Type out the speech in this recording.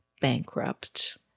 bankrupt